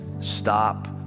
stop